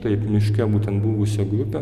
taip miške būtent buvusią grupę